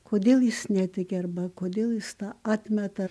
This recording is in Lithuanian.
kodėl jis netiki arba kodėl jis tą atmeta